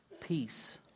peace